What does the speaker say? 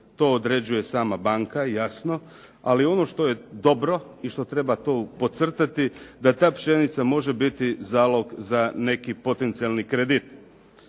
to određuje sama banka jasno. Ali ono što je dobro i što treba tu podcrtati, da ta pšenica može biti zalog za neki potencijalni kredit.